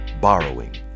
borrowing